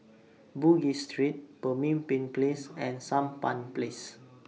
Bugis Street Pemimpin Place and Sampan Place